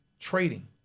Trading